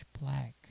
black